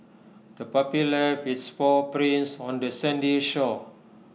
the puppy left its paw prints on the sandy shore